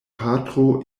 patro